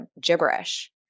gibberish